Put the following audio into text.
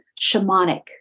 shamanic